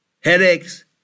headaches